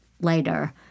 later